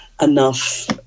enough